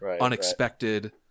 unexpected